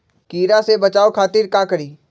कीरा से बचाओ खातिर का करी?